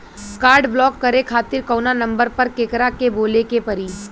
Card block करे खातिर कवना नंबर पर केकरा के बोले के परी?